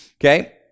okay